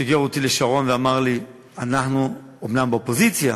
שיגר אותי לשרון ואמר לי: אנחנו אומנם באופוזיציה,